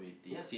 ya